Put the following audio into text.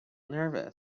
nervous